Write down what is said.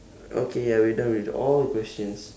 okay ya we're done with the all questions